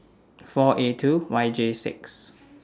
four A two Y J six